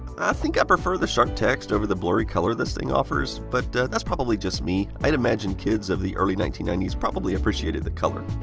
think i prefer the sharp text over the blurry color this thing offers. but that's probably just me. i'd imagine kids of the early nineteen ninety s probably appreciated the color.